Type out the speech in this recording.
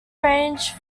range